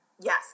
yes